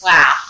Wow